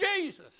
Jesus